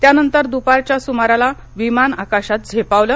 त्यानंतर दुपारच्या सुमारास विमान आकाशात झेपावलं